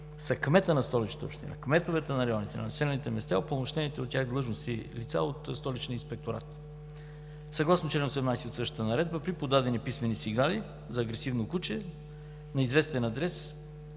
са кметът на Столичната община, кметовете на районите, на населените места и упълномощените от тях длъжностни лица от Столичния инспекторат. Съгласно чл. 18 от същата наредба при подадени писмени сигнали за агресивно куче на известен адрес